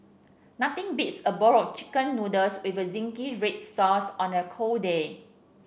nothing beats a bowl chicken noodles with zingy red sauce on a cold day